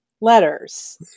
letters